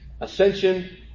ascension